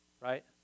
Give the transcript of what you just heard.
right